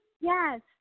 Yes